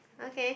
okay